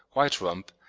white rump,